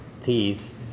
teeth